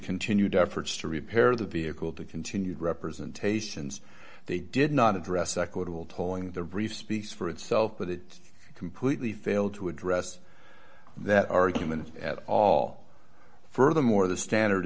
continued efforts to repair the vehicle to continued representations they did not address equitable tolling the reef speaks for itself but it completely failed to address that argument at all furthermore the standard